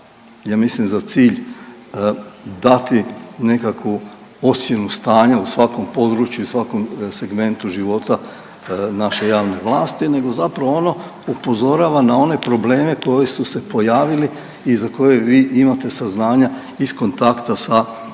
ja mislim za cilj dati nekakvu ocjenu stanja u svakom području i svakom segmentu života naše javne vlasti nego zapravo ono upozorava na one probleme koji su se pojavili i za koje vi imate saznanja iz kontakta sa